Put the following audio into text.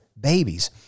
babies